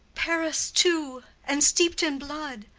paris too? and steep'd in blood?